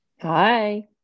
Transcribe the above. Hi